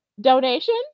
donation